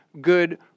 good